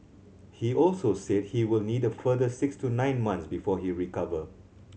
he also said he will need a further six to nine months before he recover